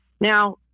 Now